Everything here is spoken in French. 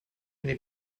n’est